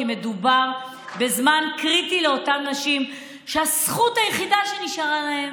כי מדובר בזמן קריטי לאותן נשים שהזכות היחידה שנשארה להן